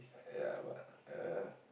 ya but err